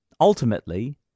Ultimately